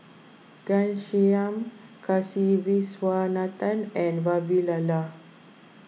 Ghanshyam Kasiviswanathan and Vavilala